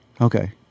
Okay